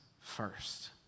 first